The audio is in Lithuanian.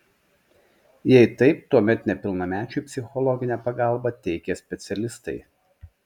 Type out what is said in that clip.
jei taip tuomet nepilnamečiui psichologinę pagalbą teikia specialistai